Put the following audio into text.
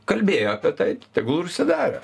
kalbėjo apie tai tegul ir užsidarę